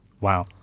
Wow